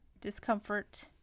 discomfort